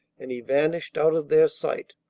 and he vanished out of their sight,